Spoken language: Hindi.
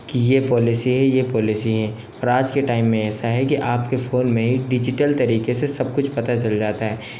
कि ये पॉलिसी है ये पॉलिसी है पर आज के टाइम में ऐसा है कि आप के फ़ोन में ही डिजिटल तरीक़े से सब कुछ पता चल जाता है